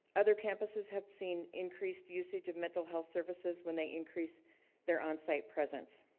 other campuses have seen increased usage of mental health services when they increase their onsite presence.